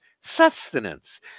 sustenance